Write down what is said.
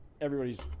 everybody's